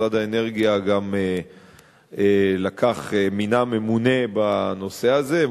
משרד האנרגיה גם מינה ממונה בנושא הזה,